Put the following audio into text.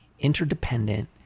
interdependent